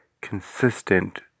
consistent